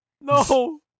No